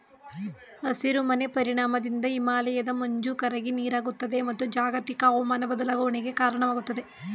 ಹಸಿರು ಮನೆ ಪರಿಣಾಮದಿಂದ ಹಿಮಾಲಯದ ಮಂಜು ಕರಗಿ ನೀರಾಗುತ್ತದೆ, ಮತ್ತು ಜಾಗತಿಕ ಅವಮಾನ ಬದಲಾವಣೆಗೆ ಕಾರಣವಾಗುತ್ತದೆ